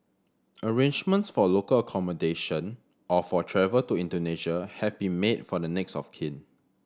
arrangements for local accommodation or for travel to Indonesia have been made for the next of kin